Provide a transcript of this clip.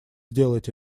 сделать